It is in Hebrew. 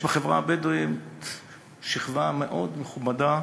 יש בחברה הבדואית שכבה מאוד מכובדה